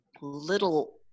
little